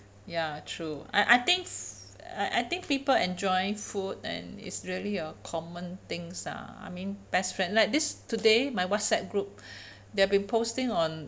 ya true I I think I I think people enjoy food and it's really a common things ah I mean best friend like this today my whatsapp group they've been posting on